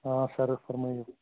آ سَر حظ فرمٲوِو